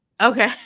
Okay